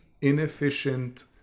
inefficient